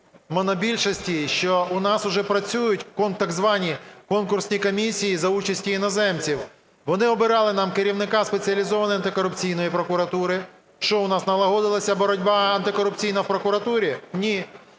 монобільшості, що у нас уже працюють так звані конкурсні комісії за участі іноземців. Вони обирали нам керівника Спеціалізованої антикорупційної прокуратури. Що, у нас налагодилася боротьба антикорупційна в прокуратурі? Ні.